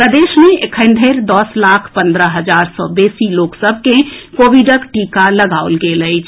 प्रदेश मे एखन धरि दस लाख पन्द्रह हजार सँ बेसी लोक सभ के कोविडक टीका लगाओल गेल अछि